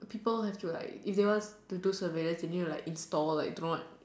people have to like if they want to do surveillance they need to install like don't know what